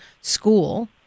school